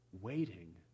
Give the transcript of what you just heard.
waiting